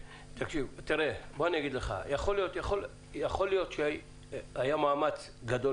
יכול להיות שאם היה מאמץ גדול